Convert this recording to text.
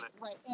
right